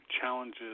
challenges